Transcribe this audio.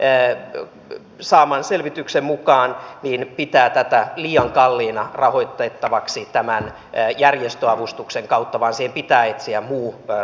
valiokunta saamansa selvityksen mukaan pitää tätä liian kalliina rahoitettavaksi tämän järjestöavustuksen kautta vaan siihen pitää etsiä muu rahoituskeino